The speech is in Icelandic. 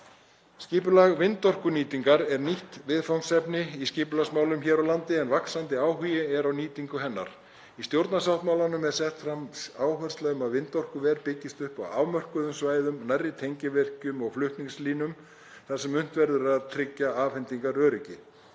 Skipulag vindorkunýtingar er nýtt viðfangsefni í skipulagsmálum hér á landi en vaxandi áhugi er á nýtingu hennar. Í stjórnarsáttmála er sett fram áhersla um að vindorkuver byggist upp á afmörkuðum svæðum nærri tengivirkjum og flutningslínum þar sem unnt verður að tryggja afhendingaröryggi.